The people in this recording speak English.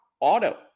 Auto